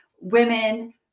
women